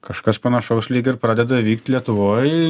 kažkas panašaus lyg ir pradeda vykt lietuvoj